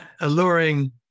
alluring